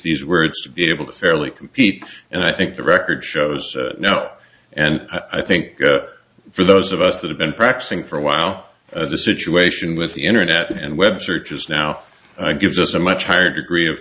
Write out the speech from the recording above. these words to be able to fairly compete and i think the record shows now and i think for those of us that have been practicing for a while the situation with the internet and web searches now gives us a much higher degree of